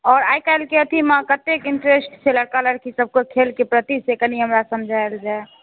आओर आइकाल्हिके अथीमे कतेक इन्ट्रेस्ट छै लड़का लड़की सभके खेलके प्रति से कनि हमरा समझाएल जाए